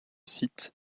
site